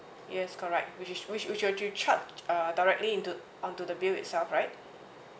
yes correct which is which~ which will charge uh directly into onto the bill itself right